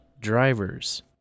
drivers